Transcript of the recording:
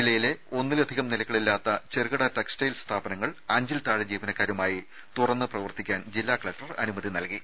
ജില്ലയിലെ ഒന്നിലധികം നിലകളില്ലാത്ത ചെറുകിട ടെക്സ്റ്റൈൽ സ്ഥാപനങ്ങൾ അഞ്ചിൽ താഴെ ജീവനക്കാരുമായി തുറന്ന് പ്രവർത്തിക്കാൻ ജില്ലാ കലക്ടർ അനുമതി നൽകി